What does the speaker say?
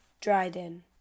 dryden